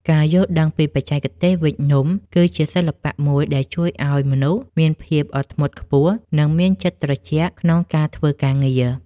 ការយល់ដឹងពីបច្ចេកទេសវេចនំគឺជាសិល្បៈមួយដែលជួយឱ្យមនុស្សមានភាពអត់ធ្មត់ខ្ពស់ និង មានចិត្តត្រជាក់ក្នុងការធ្វើការងារ។